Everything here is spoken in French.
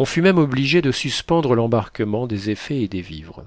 on fut même obligé de suspendre l'embarquement des effets et des vivres